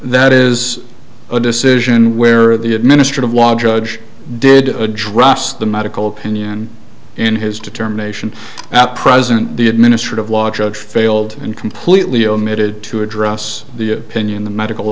that is a decision where the administrative law judge did address the medical opinion in his determination at present the administrative law judge failed and completely omitted to address the opinion the medical